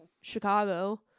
Chicago